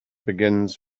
begins